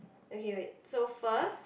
okay wait so first